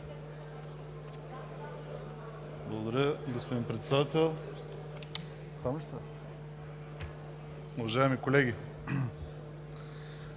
Благодаря Ви, господин Председател. Уважаеми колеги,